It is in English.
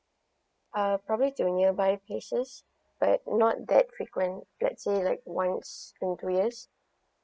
ah probably to nearby places like not that frequent let's say like once in two years